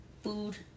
food